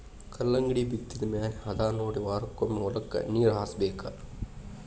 ಕಲ್ಲಂಗಡಿ ಬಿತ್ತಿದ ಮ್ಯಾಲ ಹದಾನೊಡಿ ವಾರಕ್ಕೊಮ್ಮೆ ಹೊಲಕ್ಕೆ ನೇರ ಹಾಸಬೇಕ